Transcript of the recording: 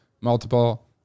multiple